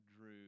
drew